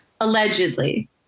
allegedly